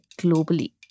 globally